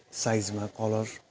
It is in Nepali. साइजमा कलर